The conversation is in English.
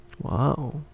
Wow